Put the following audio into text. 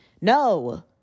No